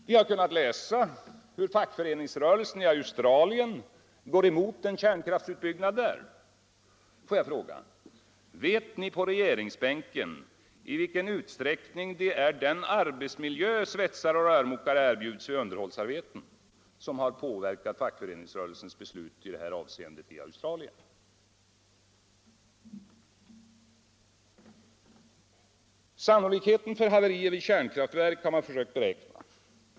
Vi har kunnat läsa hur fackföreningsrörelsen i Australien går emot en kärnkraftsutbyggnad där. Får jag fråga: Vet ni på regeringsbänken i vilken utsträckning det är den arbetsmiljö svetsare och rörmokare erbjuds vid underhållsarbeten som har påverkat fackföreningsrörelsens beslut i det här avseendet i Australien? Sannolikheten för haverier vid kärnkraftverk har man försökt beräkna.